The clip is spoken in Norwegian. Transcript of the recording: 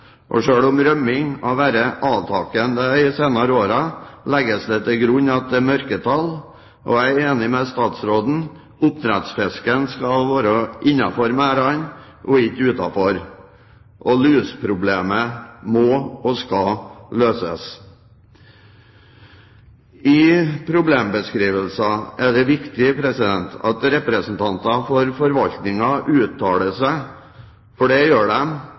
Og selv om rømming har vært avtakende de senere årene, legges det til grunn at det er mørketall. Jeg er enig med statsråden i at oppdrettsfisken skal være innenfor merdene og ikke utenfor, og at luseproblemene må og skal løses. I problembeskrivelsen er det viktig at representanter for forvaltningen uttaler seg – for det gjør